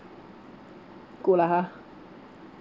go lah ha